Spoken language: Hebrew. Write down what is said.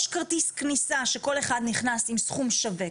יש כרטיס כניסה שכל נכנס עם סכום שווה.